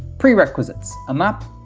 prerequisites a map,